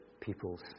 people's